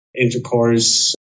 intercourse